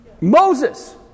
Moses